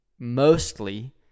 Mostly